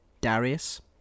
Darius